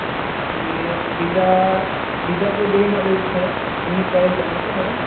અચ્છા અને બીજા બીજા જે બે મોડેલ્સ છે એમની પ્રાઇઝ જણાવશો મેડમ